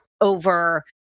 over